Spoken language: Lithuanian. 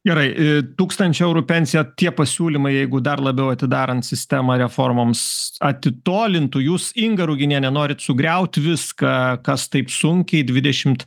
gerai tūkstančio eurų pensija tie pasiūlymai jeigu dar labiau atidarant sistemą reformoms atitolintų jūs inga ruginiene norit sugriaut viską kas taip sunkiai dvidešimt